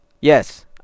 Yes